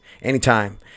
Anytime